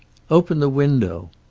open the window!